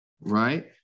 right